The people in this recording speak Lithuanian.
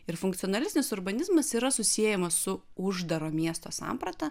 ir funkcionalistinis urbanizmas yra susiejamas su uždaro miesto samprata